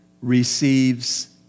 receives